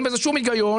אין בזה שום היגיון,